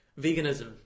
veganism